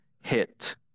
hit